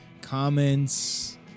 comments